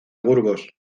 burgos